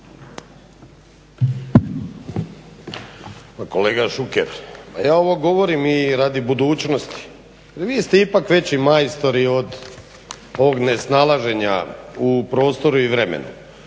Kolega Šuker ja ovo govorim i radi budućnosti jer vi ste ipak veći majstori od ovog nesnalaženja u prostoru i vremenu.